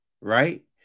right